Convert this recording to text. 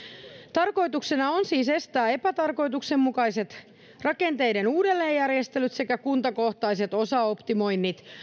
tarkoituksena on siis estää epätarkoituksenmukaiset rakenteiden uudelleenjärjestelyt sekä kuntakohtaiset osaoptimoinnit